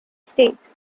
states